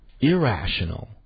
irrational